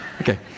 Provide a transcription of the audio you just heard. okay